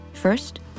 First